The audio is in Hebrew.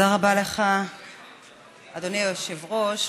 אדוני היושב-ראש.